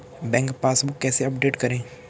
Bank passbook कैसे update करें?